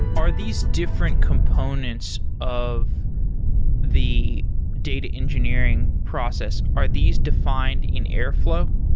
are these different components of the data engineering process, are these defined in airflow?